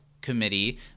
committee